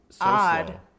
odd